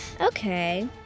okay